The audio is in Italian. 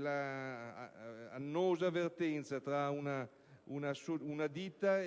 dell'annosa vertenza tra una ditta